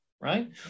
right